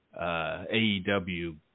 AEW